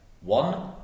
One